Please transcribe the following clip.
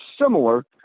similar